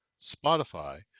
Spotify